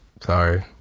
sorry